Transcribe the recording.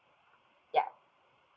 yup